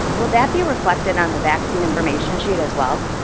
will that be reflected on the vaccine information sheet as well?